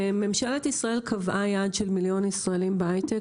ממשלת ישראל קבעה יעד של מיליון ישראלים בהייטק.